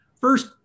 First